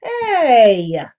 Hey